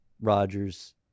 Rodgers